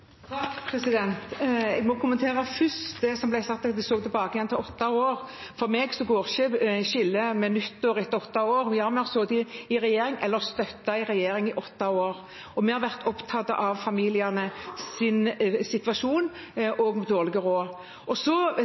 Jeg må først kommentere det som ble sagt om at jeg så tilbake åtte år. For meg går ikke skillet ved nyttår etter åtte år – vi har sittet i regjering eller støttet en regjering i åtte år, og vi har vært opptatt av familienes situasjon og dårlige råd.